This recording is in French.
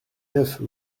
neuf